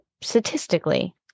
statistically